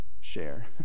share